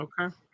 Okay